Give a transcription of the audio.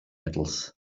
metals